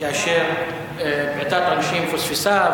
כאשר בעיטת עונשין פוספסה.